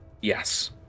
yes